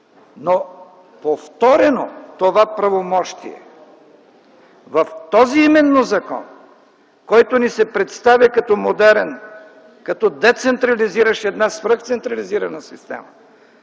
Но повторено това правомощие в този именно закон, който ни се представя като модерен, като децентрализиращ една свръхцентрализирана система,